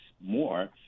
more